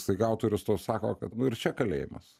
staiga autorius tau sako kad nu ir čia kalėjimas